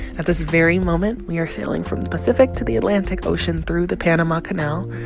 at this very moment, we are sailing from the pacific to the atlantic ocean through the panama canal.